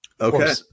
Okay